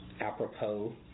apropos